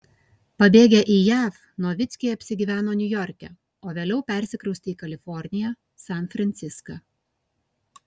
pabėgę į jav novickiai apsigyveno niujorke o vėliau persikraustė į kaliforniją san franciską